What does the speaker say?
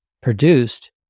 produced